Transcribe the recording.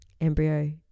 embryo